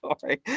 sorry